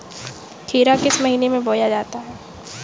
खीरा किस महीने में बोया जाता है?